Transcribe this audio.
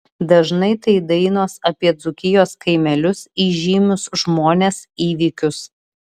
dažnai tai dainos apie dzūkijos kaimelius įžymius žmones įvykius